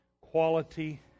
quality